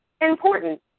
important